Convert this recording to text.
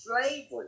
slavery